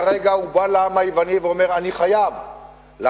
כרגע הוא בא לעם היווני ואומר: אני חייב לחתוך,